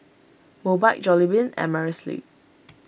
Mobike Jollibean and Amerisleep